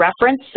reference